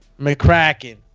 McCracken